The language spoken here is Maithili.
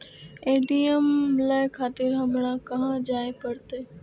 ए.टी.एम ले खातिर हमरो कहाँ जाए परतें?